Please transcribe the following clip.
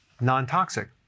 non-toxic